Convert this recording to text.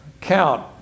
count